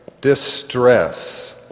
distress